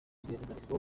rwiyemezamirimo